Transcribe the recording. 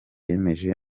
yemeje